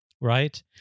right